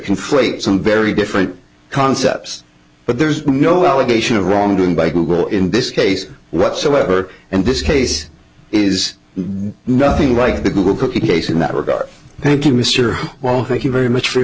conflate some very different concepts but there's no allegation of wrongdoing by google in this case whatsoever and this case is nothing like the google cookie case in that regard thank you mr well thank you very much f